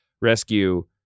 rescue